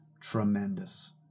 tremendous